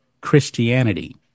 christianity